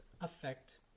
affect